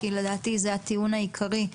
כי לדעתי זה הטיעון העיקרי.